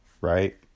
Right